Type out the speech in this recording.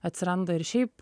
atsiranda ir šiaip